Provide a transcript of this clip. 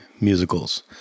Musicals